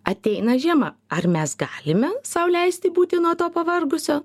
ateina žiema ar mes galime sau leisti būti nuo to pavargusio